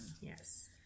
Yes